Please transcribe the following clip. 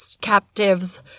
captives